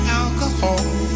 alcohol